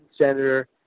senator